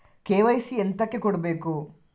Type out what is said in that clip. KYC ಎಂತಕೆ ಕೊಡ್ಬೇಕು?